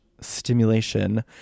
stimulation